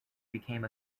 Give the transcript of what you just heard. became